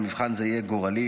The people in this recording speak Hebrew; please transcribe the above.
ומבחן זה יהיה גורלי.